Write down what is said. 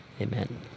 Amen